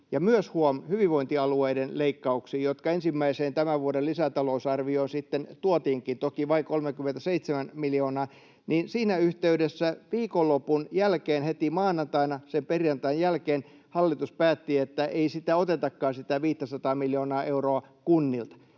myös huom. hyvinvointialueiden leikkauksiin — jotka ensimmäiseen tämän vuoden lisätalousarvioon sitten tuotiinkin — toki vain 37 miljoonaa — niin siinä yhteydessä viikonlopun jälkeen heti maanantaina, sen perjantain jälkeen, hallitus päätti, että ei sitä 500 miljoonaa euroa otetakaan